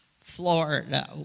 Florida